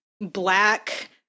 black